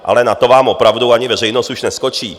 Ale na to vám opravdu ani veřejnost už neskočí.